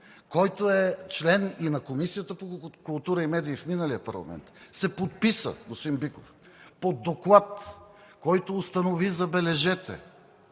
който е член и на Комисията по култура и медии в миналия парламент, се подписа – господин Биков, под доклад, който установи, забележете,